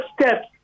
steps